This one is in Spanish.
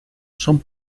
son